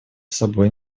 собой